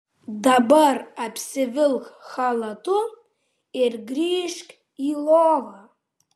dabar apsivilk chalatu ir grįžk į lovą